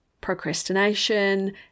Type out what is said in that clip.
procrastination